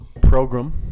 Program